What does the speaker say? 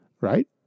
Right